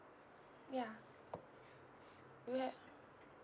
ya